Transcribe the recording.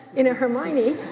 you know, hermione